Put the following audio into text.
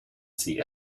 sie